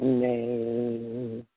name